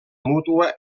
mútua